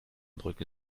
brücken